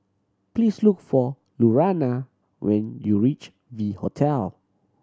please look for Lurana when you reach V Hotel